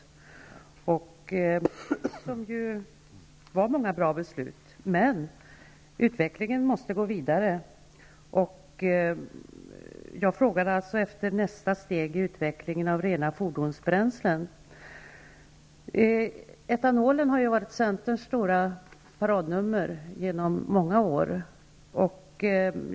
Det handlade då om många bra beslut. Men utvecklingen måste gå vidare. Jag har alltså frågat om nästa steg i utvecklingen av rena fordonsbränslen. Etanolen har ju varit centerns stora paradnummer i många år.